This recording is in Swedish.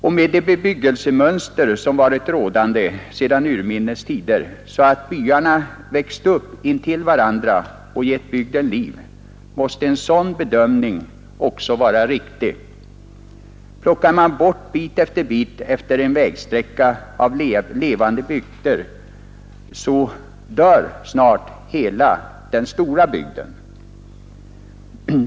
Och med det bebyggelsemönster som varit rådande sedan urminnes tider, dvs. att byarna växt upp intill varandra och gett bygden liv, måste en sådan bedömning också vara riktig. Plockar man bit efter bit utefter en vägsträcka bort levande byar, dör snart hela den stora bygden.